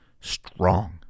strong